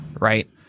right